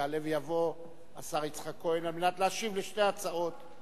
יעלה ויבוא השר יצחק כהן על מנת להשיב לשתי ההצעות.